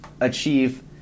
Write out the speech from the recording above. achieve